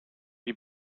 wie